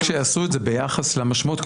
רק שיעשו את זה ביחס למשמעות.